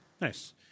Nice